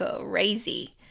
crazy